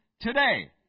today